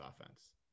offense